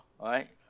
right